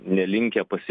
nelinkę pasirinkti